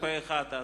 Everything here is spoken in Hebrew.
פה-אחד.